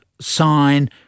sign